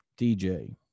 DJ